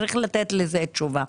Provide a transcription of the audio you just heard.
צריך לתת לזה תשובה.